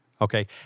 Okay